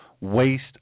waste